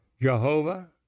Jehovah